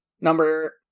number